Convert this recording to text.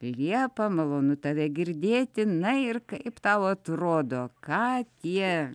liepa malonu tave girdėti na ir kaip tau atrodo ką tie